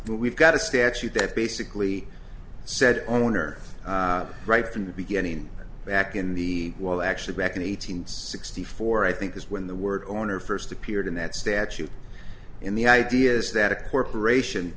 but we've got a statute that basically said owner right from the beginning back in the well actually back in eight hundred sixty four i think is when the word owner first appeared in that statute in the ideas that a corporation